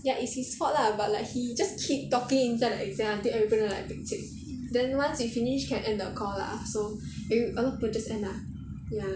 ya it's his fault lah but like he just keep talking inside the exam [one] then everybody like pekcek then once he finish can end the call lah so every a lot of people just end lah ya